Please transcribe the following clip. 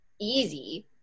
easy